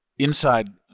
inside